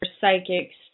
psychics